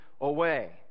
away